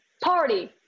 party